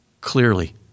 Clearly